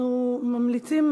אנחנו ממליצים,